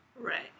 Right